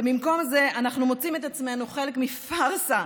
ובמקום זה אנחנו מוצאים את עצמנו חלק מפארסה,